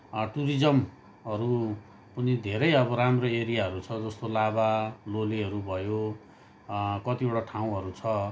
टुरिज्महरू पनि धेरै अबो राम्रो एरियाहरू छ जस्तो लाभा लोलेहरू भयो कतिवटा ठाउँहरू छ